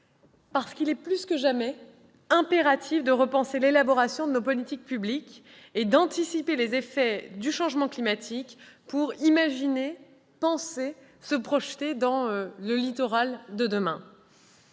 mer. Il est plus que jamais impératif de repenser l'élaboration de nos politiques publiques et d'anticiper les effets du changement climatique pour imaginer, penser le littoral de demain